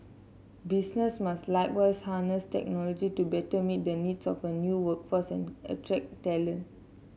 businesses must likewise harness technology to better meet the needs of a new workforce and attract talent